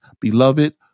beloved